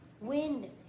Wind